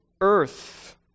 earth